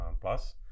plus